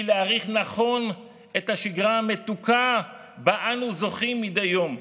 היא להעריך נכון את השגרה המתוקה שלה אנו זוכים מדי יום.